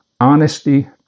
honesty